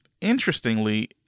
interestingly